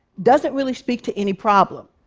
doesn't really speak to any problem.